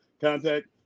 contact